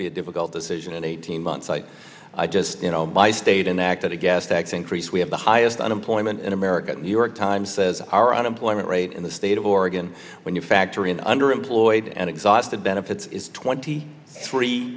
be a difficult decision in eighteen months like i just stated in that that a gas tax increase we have the highest unemployment in america new york times says our unemployment rate in the state of oregon when you factor in underemployed and exhausted benefits is twenty three